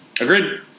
Agreed